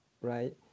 right